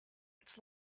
its